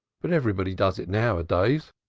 but everybody does it now-a-days.